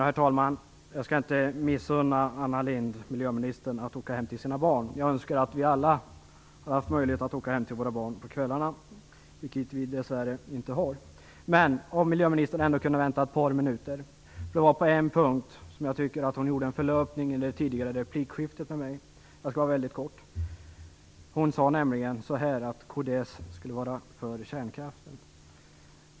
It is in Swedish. Herr talman! Jag skall inte missunna miljöminister Anna Lindh att åka hem till sina barn. Jag önskar att vi alla hade möjlighet att åka hem till våra barn på kvällarna. Det har vi dess värre inte. Men jag vill be miljöministern att ändå vänta ett par minuter. Jag tycker nämligen att hon på en punkt i det tidigare replikskiftet med mig gjorde en förlöpning. Jag skall fatta mig kort. Hon sade att kds skulle vara för kärnkraften.